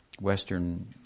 Western